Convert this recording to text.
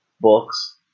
books